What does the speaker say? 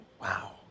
Wow